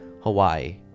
Hawaii